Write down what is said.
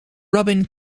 robin